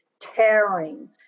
caring